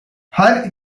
her